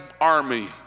army